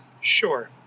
Sure